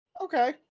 Okay